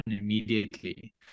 immediately